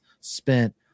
spent